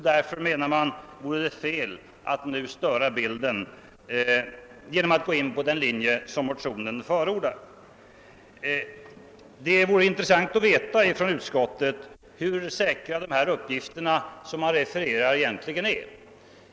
Därför vore det fel, menar man, att nu störa bilden genom att gå på den linje som förordas i motionen. Det vore intressant att få veta från utskottet, hur säkra de uppgifter som man refererar egentligen är.